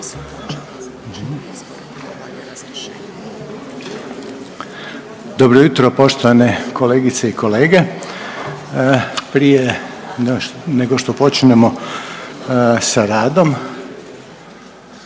Dobro jutro poštovane kolegice i kolege. Prije nego što počnemo sa radom